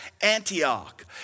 Antioch